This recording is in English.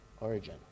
Origin